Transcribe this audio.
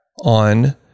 on